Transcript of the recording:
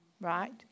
right